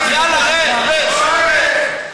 אז יאללה, רד.